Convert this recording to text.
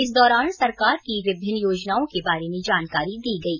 इस दौरान सरकार की विभिन्न योजनाओं के बारे में जानकारी दी गयी